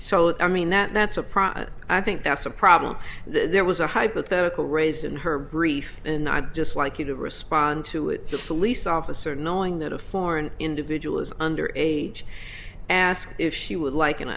so i mean that that's a process i think that's a problem there was a hypothetical raised in her brief and i'd just like you to respond to it the police officer knowing that a foreign individual is under age ask if she would like an